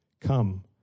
Come